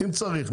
אם צריך,